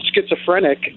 schizophrenic